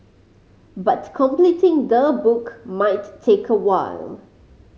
but completing the book might take a while